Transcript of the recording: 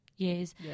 years